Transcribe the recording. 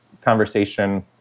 conversation